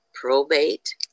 probate